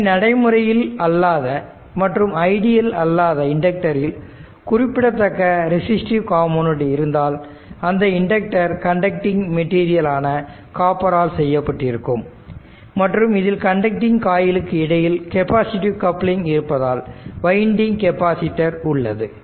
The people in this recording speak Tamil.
எனவே நடைமுறையில் அல்லாத மற்றும் ஐடியல் அல்லாத இண்டக்டரில் குறிப்பிடத்தக்க ரெஸிஸ்டிவ் காம்போனெண்ட் இருந்தால் அந்த இண்டக்டர் கண்டக்டிங் மெட்டீரியல் ஆன காப்பர் ஆல் செய்யப்பட்டிருக்கும் மற்றும் இதில் கண்டக்டிங் காயிலுக்கு இடையில் கெப்பாசிட்டிவ் கப்ளிங் இருப்பதால் வைண்டிங் கெபாசிட்டர் உள்ளது